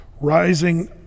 rising